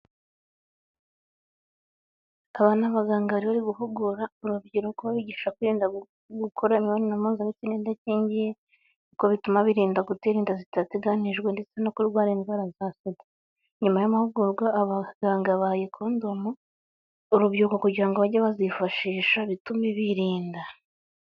Aba ni abaganga bari bari guhugura urubyiruko bigisha kwirinda gukora imibonano mpuzabitsina idakingiye, kuko bituma birinda gutera inda zidateganyijwe ndetse no kurwara indwara za SIDA. Nyuma y'amahugurwa abaganga bahaye kondomu, urubyiruko kugira ngo bajye bazifashisha bitume birinda.